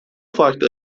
farklı